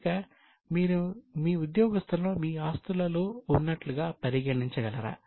ఇక మీరు మీ ఉద్యోగస్తులను మీ ఆస్తులలో ఉన్నట్లుగా పరిగణించగలరా